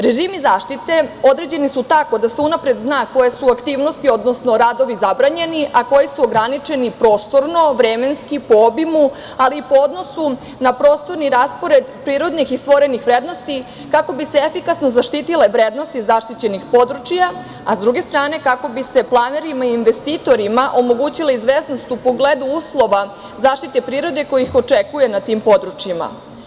Režimi zaštite određeni su tako da se unapred zna koje su aktivnosti, odnosno radovi zabranjeni, a koji su ograničeni prostorno, vremenski, po obimu, ali i po odnosu na prostorni raspored prirodnih i stvorenih vrednosti kako bi se efikasno zaštitile vrednosti zaštićenih područja, a s druge strane kako bi se planerima i investitorima omogućila izvesnost u pogledu uslova zaštite prirode koji ih očekuje na tim područjima.